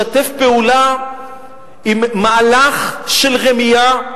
משתף פעולה עם מהלך של רמייה,